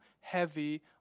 heavy